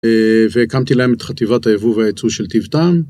והקמתי להם את חטיבת היבוא והיצוא של טיב-טעם.